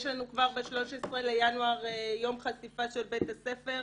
יש לנו כבר ב-13 בינואר יום חשיפה של בית הספר,